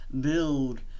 build